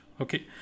Okay